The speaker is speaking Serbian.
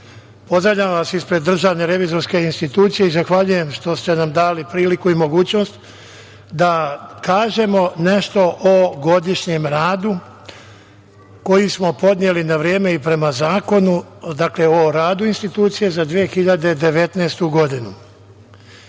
pozdravljam vas ispred DRI i zahvaljujem što ste nam dali priliku i mogućnost da kažemo nešto o godišnjem radu koji smo podneli na vreme i prema zakonu, dakle, o radu institucije za 2019. godinu. Na